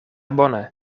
bone